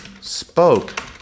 spoke